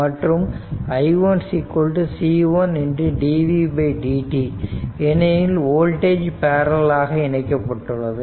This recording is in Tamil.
மற்றும் i1C1dvdt ஏனெனில் வோல்டேஜ் பேரலல் ஆக இணைக்கப்பட்டுள்ளது